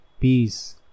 peace